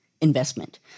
investment